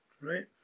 right